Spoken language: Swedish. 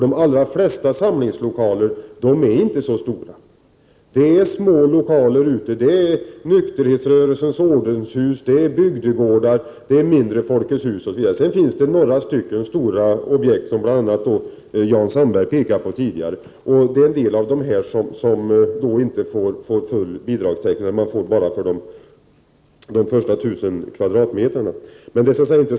De allra flesta samlingslokaler är inte så stora — det är små lokaler, nykterhetsrörelsens lokaler, ordenshus, bygdegårdar och mindre folketshusbyggnader. Sedan finns det några stora objekt, som Jan Sandberg påpekade tidigare. En del av dessa får inte full bidragstäckning, utan man får bidrag bara för de första 1 000 kvadratmetrarna.